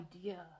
idea